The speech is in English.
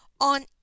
on